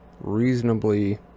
reasonably